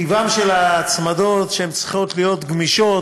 טיבן של ההצמדות שהן צריכות להיות גמישות,